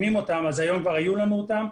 אז היום כבר היו לנו אותם.